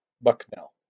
Bucknell